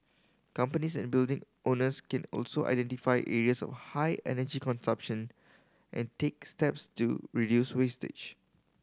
companies and building owners can also identify areas of high energy consumption and take steps to reduce usage